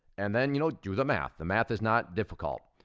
and then, you know, do the math. the math is not difficult.